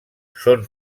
són